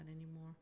anymore